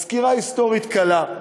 אז סקירה היסטורית קלה.